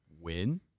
win